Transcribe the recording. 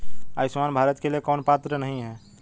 आयुष्मान भारत के लिए कौन पात्र नहीं है?